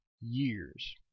years